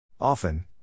Often